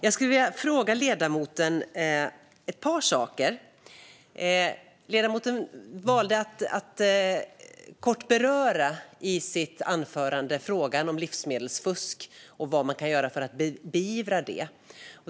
Jag skulle vilja fråga ledamoten ett par saker. Ledamoten valde att i sitt anförande kort beröra frågan om livsmedelsfusk och vad som kan göras för att beivra det.